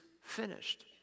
finished